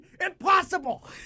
Impossible